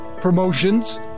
promotions